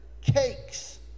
cakes